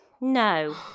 No